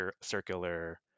circular